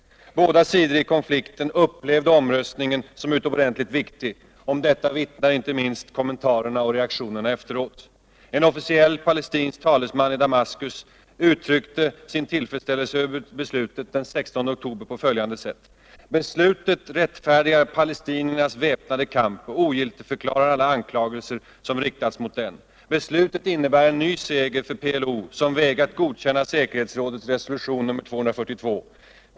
Båda sidor i konflikten upplevde omröstningen som utomordentligt viktig. Om detta vittnar inte minst kommentarerna och reaktionerna efteråt. En officiell palestinsk talesman i Damaskus uttryckte sin tillfredsställelse över beslutet den 16 oktober på följande sätt: ”Beslutet rättfärdigar palestiniernas väpnade kamp och ogiltigförklarar alla anklagelser som riktas mot den. Beslutet innebär en ny seger för PLO som vägrat godkänna säkerhetsrådets resolution nr 242.